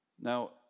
Now